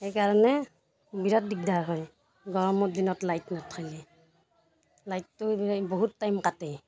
সেইকাৰণে বিৰাট দিগদাৰ হয় গৰমৰ দিনত লাইট নাথাকিলে লাইটটো বহুত টাইম কাটে